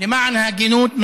למען ההגינות,